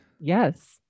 Yes